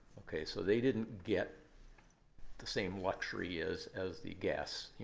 ok? so they didn't get the same luxury as as the guests.